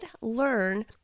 learn